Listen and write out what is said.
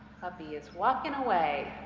puppy is walking away.